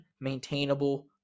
maintainable